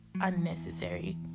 unnecessary